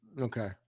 Okay